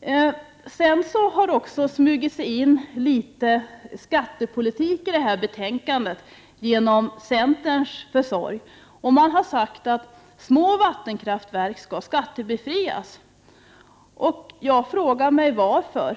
Det har också smugit sig in litet skattepolitik i detta betänkande, genom centerns försorg. De har sagt att små vattenkraftverk skall skattebefrias. Jag frågar mig varför.